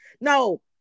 no